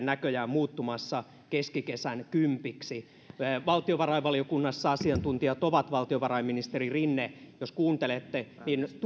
näköjään muuttumassa keskikesän kympiksi valtiovarainvaliokunnassa asiantuntijat ovat valtiovarainministeri rinne jos kuuntelette